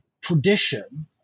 tradition